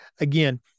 Again